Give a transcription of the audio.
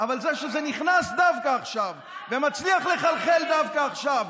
אבל זה נכנס דווקא עכשיו ומצליח לחלחל דווקא עכשיו,